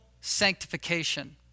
sanctification